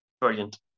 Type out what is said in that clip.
brilliant